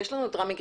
יש לנו ב-זום